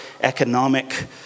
economic